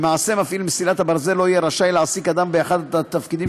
למעשה מפעיל מסילת הברזל לא יהיה רשאי להעסיק אדם באחד מהתפקידים